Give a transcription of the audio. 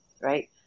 right